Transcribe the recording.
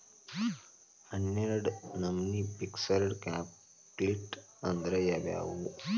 ಹನ್ನೆರ್ಡ್ ನಮ್ನಿ fixed capital ಅಂದ್ರ ಯಾವವ್ಯಾವು?